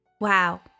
Wow